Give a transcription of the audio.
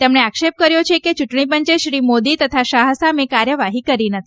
તેમણે આક્ષેપ કર્યો છે કે ચૂંટણી પંચ શ્રી મોદી તથા શાહ સામે કાર્યવાહી કરી નથી